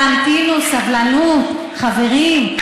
תמתינו, סבלנות, חברים.